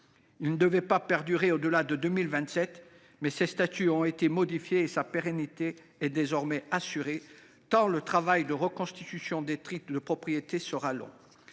Il ne devait pas perdurer au delà de 2027, mais ses statuts ont été modifiés et sa pérennité est désormais assurée, tant le travail de reconstitution des titres de propriété sera long.